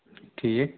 ٹھیٖک